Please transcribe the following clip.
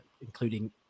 including